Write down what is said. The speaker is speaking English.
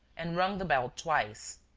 and rung the bell twice.